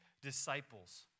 disciples